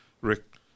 Rick